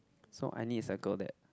so Aini is a girl that